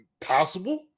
possible